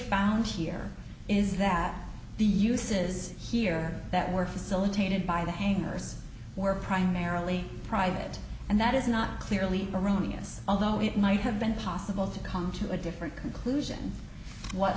found here is that the uses here that were facilitated by the hangars were primarily private and that is not clear really erroneous although it might have been possible to come to a different conclusion what